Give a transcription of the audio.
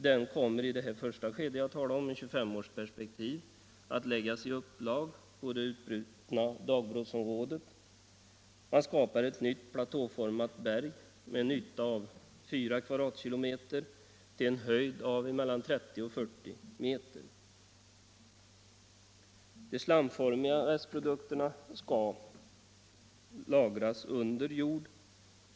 Den kommer i det första skedet jag talade om, ett 25 års perspektiv, att läggas i upplag på det utbrytna dagbrottsområdet. Man skapar ett platåformat berg med en yta på ca 4 km" och en höjd på mellan 30 och 40 m. Den slamformiga restprodukten skall lagras under jord.